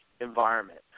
environment